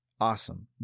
Awesome